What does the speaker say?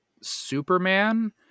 Superman